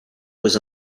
was